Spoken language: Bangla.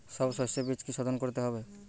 সব শষ্যবীজ কি সোধন করতে হবে?